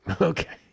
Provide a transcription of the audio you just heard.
Okay